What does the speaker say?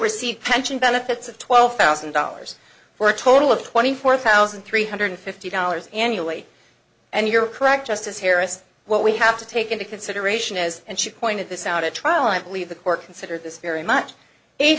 receive pension benefits of twelve thousand dollars for a total of twenty four thousand three hundred fifty dollars annually and you're correct justice harris what we have to take into consideration is and she pointed this out at trial i believe the court considered this very much eight